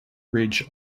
ridge